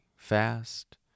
fast